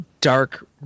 dark